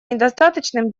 недостаточными